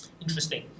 Interesting